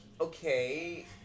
okay